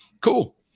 cool